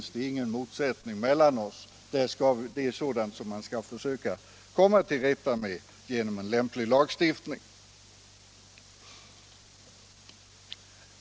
Sådant skall vi försöka komma till rätta med genom lämplig lagstiftning.